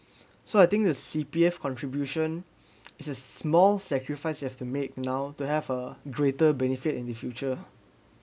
so I think the C_P_F contribution is a small sacrifice you have to make now to have a greater benefit in the future